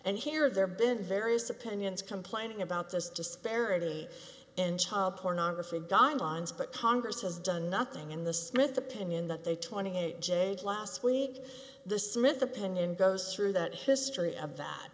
and here there been various opinions complaining about this disparity in child pornography guidelines but congress has done nothing in the smith opinion that they twenty eight j last week the smith opinion goes through that history of that